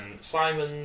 Simon